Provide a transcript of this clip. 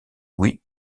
louis